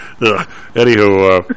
Anywho